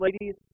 ladies